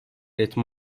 etme